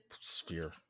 sphere